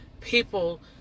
people